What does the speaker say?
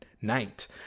night